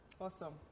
awesome